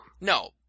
No